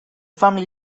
family